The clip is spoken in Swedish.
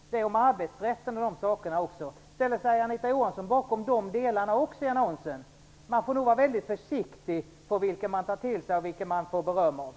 Där står om arbetsrätten och även om andra saker. Ställer sig Anita Johansson bakom också de delarna i annonsen? Man får lov att vara väldigt försiktig med vad man tar till sig och vad man får beröm för.